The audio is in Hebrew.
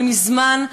אבל מזמן,